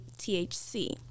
THC